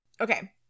Okay